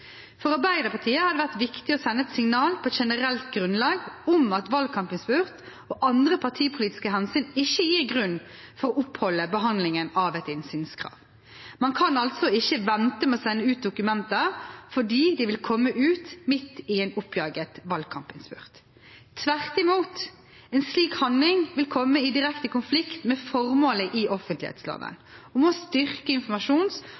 For Arbeiderpartiet har det vært viktig å sende et signal på generelt grunnlag om at valgkampinnspurt og andre partipolitiske hensyn ikke gir grunn for å oppholde behandlingen av et innsynskrav. Man kan altså ikke vente med å sende ut dokumenter fordi de vil komme ut midt i en oppjaget valgkampinnspurt. Tvert imot, en slik handling vil komme i direkte konflikt med formålet i offentlighetsloven om å styrke informasjons-